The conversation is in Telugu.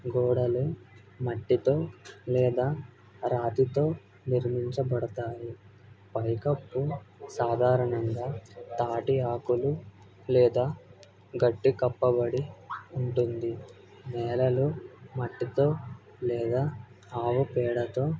గోడలు మట్టితో లేదా రాతితో నిర్మించబడతాయి పైకప్పు సాధారణంగా తాటి ఆకులు లేదా గడ్డి కప్పబడి ఉంటుంది నేలలు మట్టితో లేదా ఆవు పేడతో